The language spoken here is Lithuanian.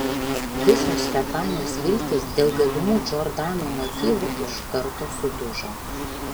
visos stefanijos viltys dėl galimų džordano motyvų iš karto sudužo